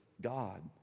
God